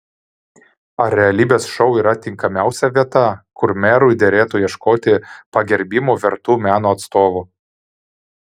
ar realybės šou yra tinkamiausia vieta kur merui derėtų ieškoti pagerbimo vertų meno atstovų